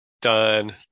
done